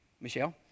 Michelle